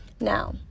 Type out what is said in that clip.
Now